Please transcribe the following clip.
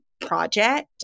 project